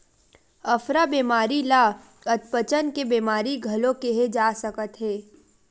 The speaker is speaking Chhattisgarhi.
अफरा बेमारी ल अधपचन के बेमारी घलो केहे जा सकत हे